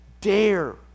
Dare